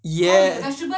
yes